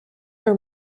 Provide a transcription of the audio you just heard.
for